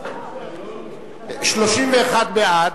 31 בעד,